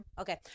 Okay